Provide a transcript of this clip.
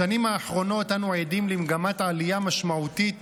בשנים האחרונות אנו עדים למגמת עלייה משמעותית